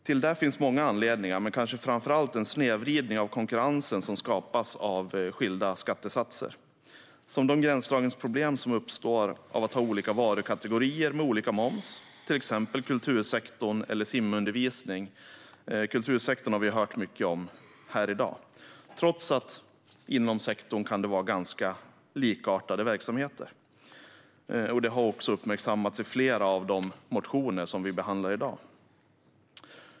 Till det finns många anledningar, kanske framför allt en snedvridning av konkurrensen som skapas av skilda skattesatser, till exempel de gränsdragningsproblem som uppstår av att ha olika varukategorier med olika moms - det kan vara till exempel kultursektorn eller simundervisning, och kultursektorn har vi hört mycket om i dag - trots att det inom en sektor kan vara likartade verksamheter. Det har också uppmärksammats i flera av de motioner vi behandlar i dag.